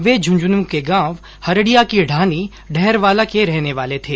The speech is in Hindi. वे झुंझुनू के गांव हरड़िया की ढाणी ढहरवाला के रहने वाले थे